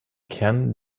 kern